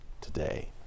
today